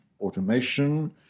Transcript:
automation